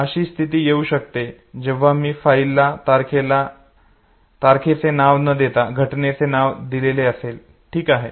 अशी स्थिती येऊ शकते जेव्हा मी फाईलला तारखेचे नाव न देता घटनेचे नाव दिलेले असेल ठीक आहे